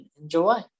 enjoy